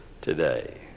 today